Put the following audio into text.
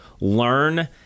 learn